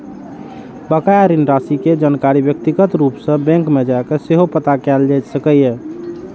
बकाया ऋण राशि के जानकारी व्यक्तिगत रूप सं बैंक मे जाके सेहो पता कैल जा सकैए